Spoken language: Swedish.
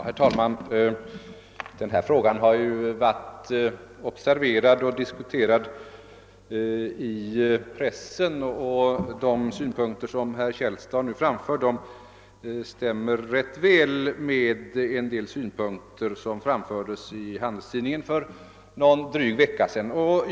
Herr talman! Denna fråga har varit observerad och diskuterad i pressen, och de synpunkter som herr Källstad nu framfört stämmer ganska väl med en del synpunkter som framfördes i Göteborgs Handelsoch Sjöfarts-Tidning för någon vecka sedan.